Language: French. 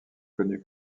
connu